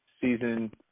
Season